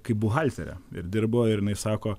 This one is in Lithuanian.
kaip buhalterė ir dirbo ir jinai sako